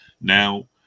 Now